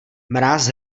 mráz